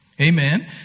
Amen